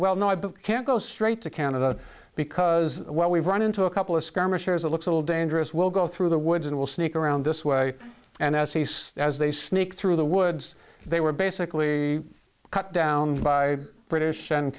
well no i can't go straight to canada because well we've run into a couple of skirmishers it looks a little dangerous we'll go through the woods and will sneak around this way and as he says as they sneak through the woods they were basically cut down by british and